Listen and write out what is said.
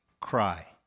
Cry